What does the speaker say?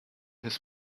his